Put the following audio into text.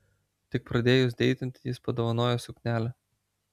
tik pradėjus deitinti jis padovanojo suknelę